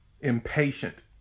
impatient